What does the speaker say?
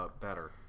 better